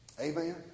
Amen